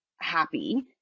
happy